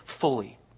fully